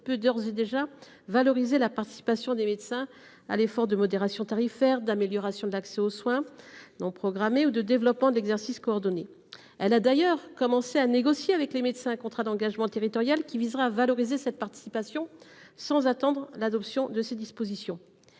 Elle a d'ailleurs commencé à négocier avec les médecins un contrat d'engagement territorial, qui visera à valoriser cette participation sans attendre l'adoption de ces dispositions.